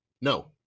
No